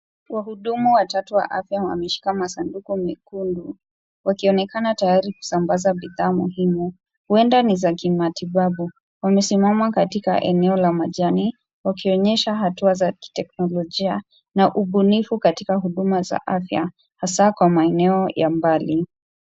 Wahudumu watatu wa afya wameshika masanduku mekundu wakionekana tayari kusambaza bidhaa muhimu. Huenda ni za kimatibabu. Wamesimama katika eneo la majani, wakionyesha hatua za kiteknologia na ubanifu katika huduma za afya haswa kwa maeneo ya mbali.